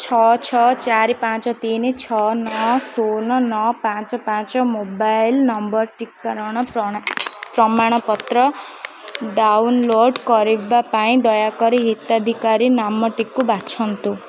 ଛଅ ଛଅ ଚାରି ପାଞ୍ଚ ତିନି ଛଅ ନଅ ଶୂନ ନଅ ପାଞ୍ଚ ପାଞ୍ଚ ମୋବାଇଲ୍ ନମ୍ବର୍ର ଟିକାକରଣ ପ୍ରମାଣପତ୍ର ଡାଉନଲୋଡ଼୍ କରିବା ପାଇଁ ଦୟାକରି ହିତାଧିକାରୀ ନାମଟିକୁ ବାଛନ୍ତୁ